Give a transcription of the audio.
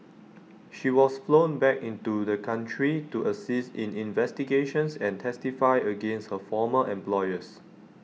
she was flown back into the country to assist in investigations and testify against her former employers